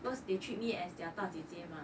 because they treat me as their 大姐姐吗